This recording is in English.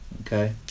Okay